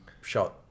shot